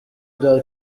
bya